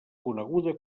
coneguda